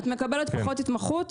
את מקבלת פחות התמחות.